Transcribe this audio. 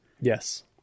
yes